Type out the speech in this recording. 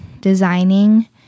designing